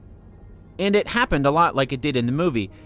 and it happened a lot like it did in the movie.